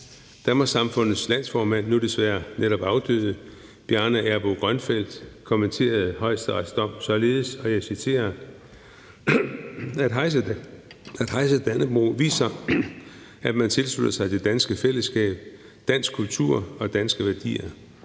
Danmarks-Samfundets landsformand, nu desværre netop afdøde Bjarne Erbo Grønfeldt, kommenterede Højesterets dom således, og jeg citerer: »At hejse Dannebrog viser, at man går ind for det danske fællesskab, dansk kultur og danske værdier.